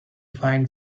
find